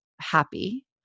happy